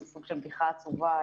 זה סוג של בדיחה עצובה.